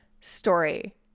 story